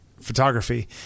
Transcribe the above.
photography